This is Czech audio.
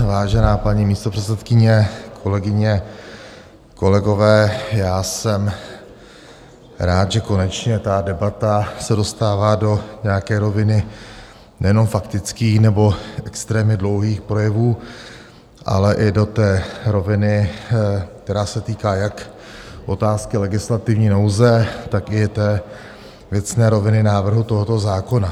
Vážená paní místopředsedkyně, kolegyně, kolegové, já jsem rád, že konečně ta debata se dostává do nějaké roviny nejenom faktických nebo extrémně dlouhých projevů, ale i do té roviny, která se týká jak otázky legislativní nouze, tak i té věcné roviny návrhu tohoto zákona.